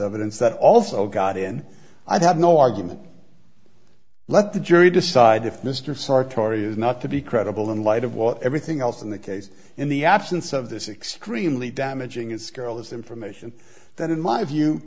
evidence that also got in i have no argument let the jury decide if mr sartori is not to be credible in light of what everything else in the case in the absence of this extremely damaging his girl this information that in my view